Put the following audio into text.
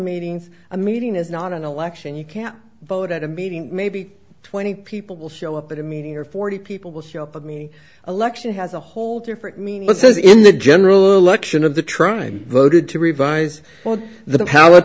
meetings a meeting is not an election you can't vote at a meeting maybe twenty people will show up at a meeting or forty people will show up at me election has a whole different meaning in the general election of the tribe voted to revise the p